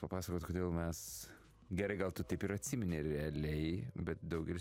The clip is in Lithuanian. papasakot kodėl mes gerai gal tu taip ir atsimeni realiai bet daugelis